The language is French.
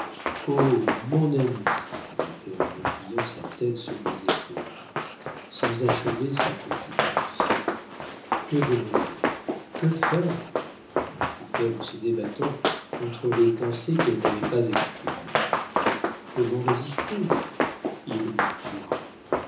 mon ami dit-elle en appuyant sa tête sur mes épaules sans achever sa confidence que devenir que faire reprit-elle en se débattant contre les pensées qu'elle n'avait pas exprimées comment résister il me tuera